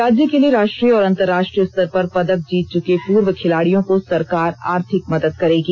राज्य के लिए राष्ट्रीय और अंतरराष्ट्रीय स्तर पर पदक जीत चुके पूर्व खिलाड़ियों को सरकार आर्थिक मदद करेगी